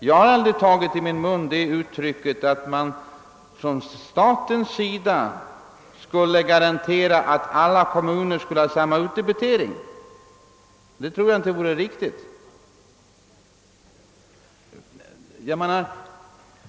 Jag har aldrig tagit det uttrycket i min mun att staten skulle garantera att alla kommuner skall ha samma utdebitering. Det tror jag inte vore rik tigt.